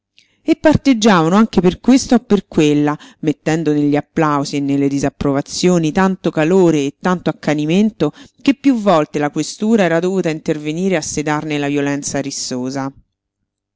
e parteggiavano anche per questa o per quella mettendo negli applausi e nelle disapprovazioni tanto calore e tanto accanimento che piú volte la questura era dovuta intervenire a sedarne la violenza rissosa